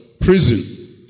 Prison